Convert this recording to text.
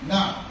Now